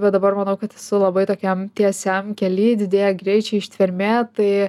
bet dabar manau kad esu labai tokiam tiesiam kely didėja greičiai ištvermė tai